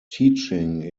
teaching